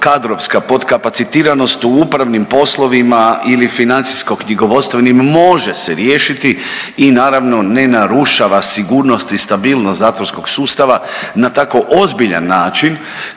kadrovska podkapacitiranost u upravnim poslovima ili financijsko-knjigovodstvenim može se riješiti i naravno ne narušava sigurnost i stabilnost zatvorskog sustava na tako ozbiljan način